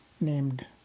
named